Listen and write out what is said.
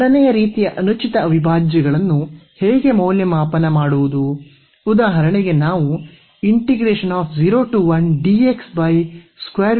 ಎರಡನೆಯ ರೀತಿಯ ಅನುಚಿತ ಅವಿಭಾಜ್ಯಗಳನ್ನು ಹೇಗೆ ಮೌಲ್ಯಮಾಪನ ಮಾಡುವುದು ಉದಾಹರಣೆಗೆ ನಾವು ಅನ್ನು ಹೊಂದಿದ್ದೇವೆ